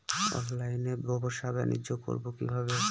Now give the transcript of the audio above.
অনলাইনে ব্যবসা বানিজ্য করব কিভাবে?